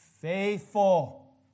faithful